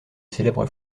célèbre